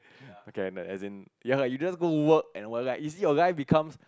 okay and as in ya lah you just go work and well like you see your life becomes